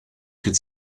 could